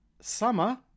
Summer